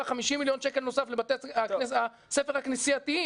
50 מיליון שקל נוסף לבתי הספר הכנסייתיים,